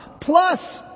Plus